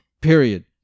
Period